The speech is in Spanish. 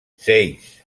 seis